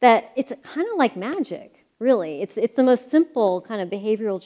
that it's kind of like magic really it's the most simple kind of behavioral